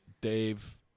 Dave